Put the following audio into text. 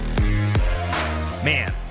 Man